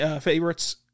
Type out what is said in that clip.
favorites